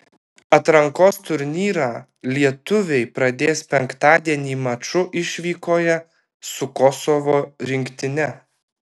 atrankos turnyrą lietuviai pradės penktadienį maču išvykoje su kosovo rinktine